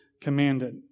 commanded